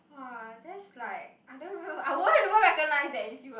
!whoa! that's like I don't I won't even recognise that is you lah